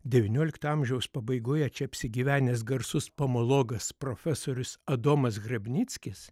devyniolikto amžiaus pabaigoje čia apsigyvenęs garsus pomologas profesorius adomas hrebnickis